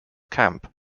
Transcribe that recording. camp